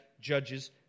judges